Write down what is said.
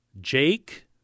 Jake